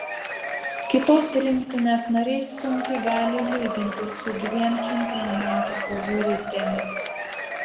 kitos rinktinės nariai sunkiai gali lygintis su dviem čempionato favoritėmis